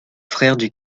frère